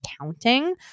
counting